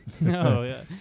No